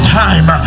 time